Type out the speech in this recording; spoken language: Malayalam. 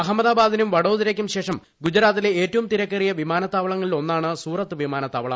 അഹമ്മദാബാദിനും വഡോദരയ്ക്കും ശേഷം ഗുജറാത്തിലെ ഏറ്റവും തിരക്കേറിയ വിമാനത്താവളങ്ങളിലൊന്നാണ് സൂറത്ത് വിമാനത്താവളം